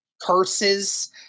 curses